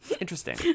interesting